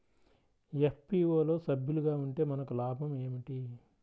FPO లో సభ్యులుగా ఉంటే మనకు లాభం ఏమిటి?